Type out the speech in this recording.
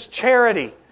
charity